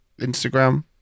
Instagram